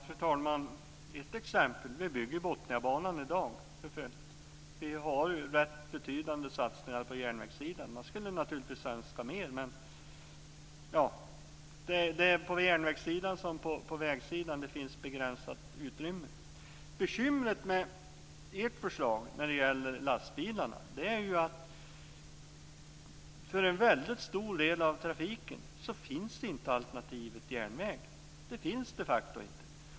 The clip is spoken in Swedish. Fru talman! Ett exempel är att vi i dag för fullt bygger Botniabanan. Vi har rätt betydande satsningar på järnvägssidan. Man skulle naturligtvis önska mer, men det är på järnvägssidan som på vägsidan - det finns begränsat utrymme. Bekymret med ert förslag när det gäller lastbilarna är att alternativet järnväg inte finns för en väldigt stor del av trafiken. Det finns de facto inte.